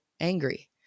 angry